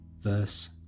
verse